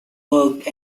worked